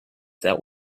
that